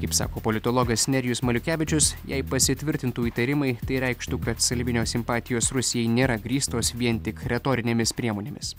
kaip sako politologas nerijus maliukevičius jei pasitvirtintų įtarimai tai reikštų kad salvinio simpatijos rusijai nėra grįstos vien tik retorinėmis priemonėmis